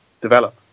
develop